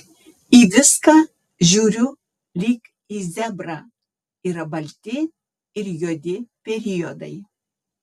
į viską žiūriu lyg į zebrą yra balti ir juodi periodai